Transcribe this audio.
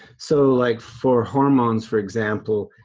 so like for hormones, for example,